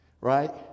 Right